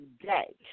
today